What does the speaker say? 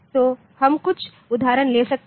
तो हम कुछ उदाहरण ले सकते हैं